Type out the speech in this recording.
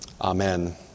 amen